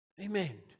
Amen